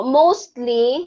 mostly